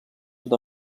sud